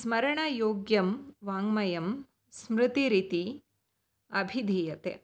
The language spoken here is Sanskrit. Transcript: स्मरणयोग्यं वाङ्मयं स्मृतिरिति अभिधीयते